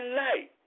light